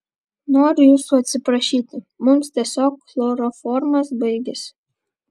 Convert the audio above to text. noriu jūsų atsiprašyti mums tiesiog chloroformas baigėsi